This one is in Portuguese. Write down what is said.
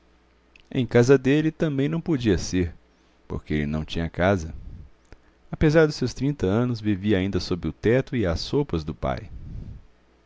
em casa dele também não podia ser porque ele não tinha casa apesar dos seus trinta anos vivia ainda sob o teto e às sopas do pai